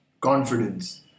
confidence